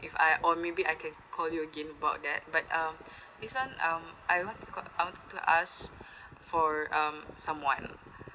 if I or maybe I can call you again about that but uh this one um I want to call I want to ask for um someone